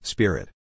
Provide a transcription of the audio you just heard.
Spirit